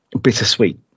bittersweet